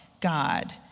God